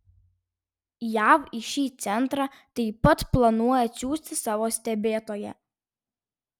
jav į šį centrą taip pat planuoja atsiųsti savo stebėtoją